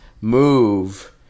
move